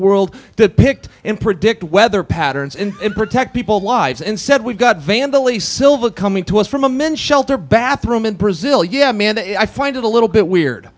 world that picked him predict weather patterns and protect people lives and said we've got vandelay silva coming to us from a men's shelter bathroom in brazil yeah man i find it a little bit weird